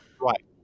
Right